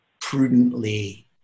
prudently